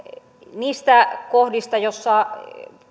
niistä kohdista joissa